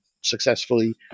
successfully